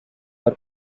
were